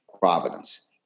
Providence